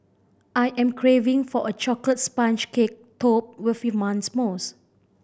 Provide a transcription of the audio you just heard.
I am craving for a chocolate sponge cake topped with mousse